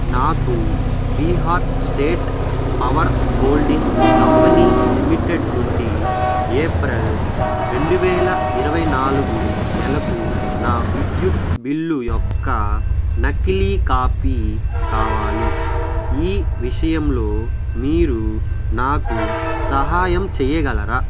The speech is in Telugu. నాకు Bihar state power holding company limited నుండి ఏప్రిల్ రెండు వేల ఇరవై నాలుగు నెలకు నా విద్యుత్ బిల్లు యొక్క నకిలీ కాపీ కావాలి ఈ విషయంలో మీరు నాకు సహాయం చేయగలరా